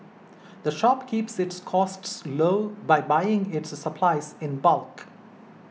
the shop keeps its costs low by buying its supplies in bulk